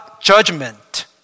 judgment